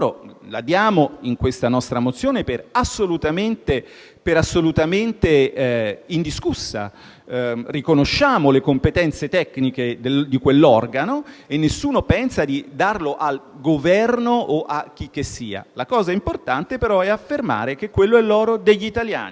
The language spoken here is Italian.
la diamo in questa nostra mozione per assolutamente indiscussa. Riconosciamo le competenze tecniche di quell'organo e nessuno pensa di darlo al Governo o a chicchessia. La cosa importante è affermare che quello è l'oro degli italiani